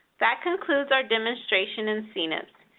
that concludes our demonstration in cnips,